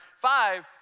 Five